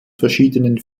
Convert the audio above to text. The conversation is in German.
verschiedenen